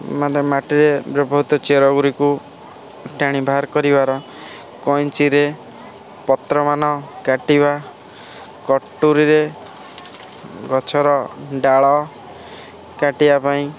ମାନେ ମାଟିରେ ବ୍ୟବହୃତ ଚେର ଗୁଡ଼ିକୁ ଟାଣି ବାହାର କରିବାର କଇଁଚିିରେ ପତ୍ର ମାନ କାଟିବା କଟୁରିରେ ଗଛର ଡାଳ କାଟିବା ପାଇଁ